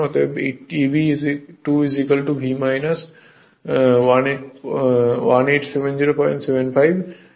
অতএব Eb 2 V 18 7075 এখানে ra Rse হবে